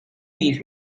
with